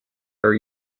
are